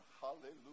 hallelujah